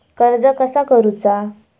कर्ज कसा करूचा?